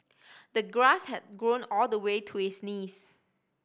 the grass had grown all the way to his knees